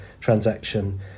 transaction